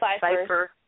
Cipher